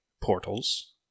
portals